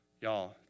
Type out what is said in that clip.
Y'all